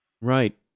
Right